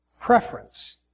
preference